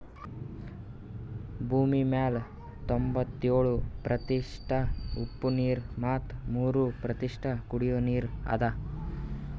ಭೂಮಿಮ್ಯಾಲ್ ತೊಂಬತ್ಯೋಳು ಪ್ರತಿಷತ್ ಉಪ್ಪ್ ನೀರ್ ಮತ್ ಮೂರ್ ಪ್ರತಿಷತ್ ಕುಡಿಯೋ ನೀರ್ ಅದಾ